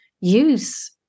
use